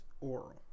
oral